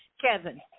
Kevin